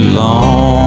long